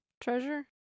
treasure